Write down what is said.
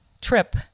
trip